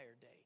day